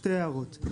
שתי הערות.